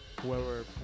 whoever